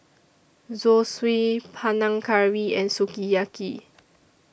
Zosui Panang Curry and Sukiyaki